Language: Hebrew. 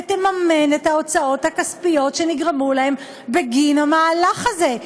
ותממן את ההוצאות הכספיות שנגרמו להם בגין המהלך הזה,